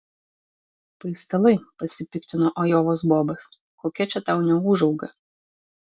paistalai pasipiktino ajovos bobas kokia čia tau neūžauga